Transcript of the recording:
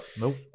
Nope